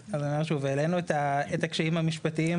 אז, שוב, העלינו את הקשיים המשפטיים.